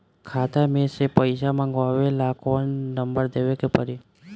खाता मे से पईसा मँगवावे ला कौन नंबर देवे के पड़ी?